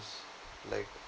like